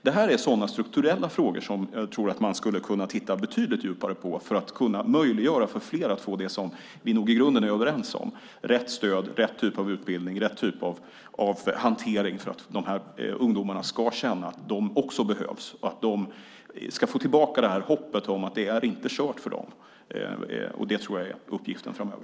Det är sådana strukturella frågor som jag tror att man skulle kunna titta betydligt djupare på för att möjliggöra för fler att få det som vi nog i grunden är överens om, nämligen rätt stöd och rätt typ av utbildning, alltså rätt typ av hantering för att dessa ungdomar ska känna att också de behövs. De måste få tillbaka hoppet om att det inte är kört för dem. Det tror jag är uppgiften framöver.